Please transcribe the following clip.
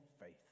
faith